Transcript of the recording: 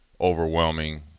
overwhelming